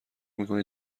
میکنید